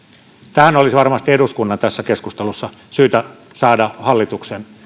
tähän olisi varmasti eduskunnan tässä keskustelussa syytä saada hallituksen